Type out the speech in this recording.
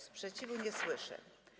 Sprzeciwu nie słyszę.